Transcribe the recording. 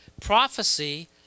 Prophecy